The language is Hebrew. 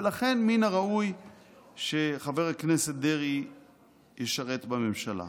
ולכן מן הראוי שחבר הכנסת דרעי ישרת בממשלה.